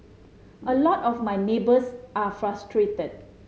a lot of my neighbours are frustrated